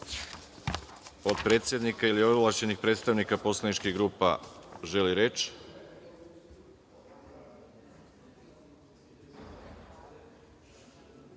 predsednika ili ovlašćenih predstavnika poslaničkih grupa želi reč? Reč